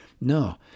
No